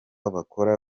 bakora